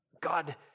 God